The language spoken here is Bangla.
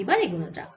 এবার এগোনো যাক